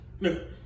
no